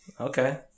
Okay